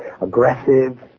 aggressive